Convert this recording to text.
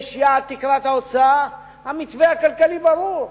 יש יעד תקרת ההוצאה, המתווה הכלכלי ברור.